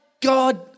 God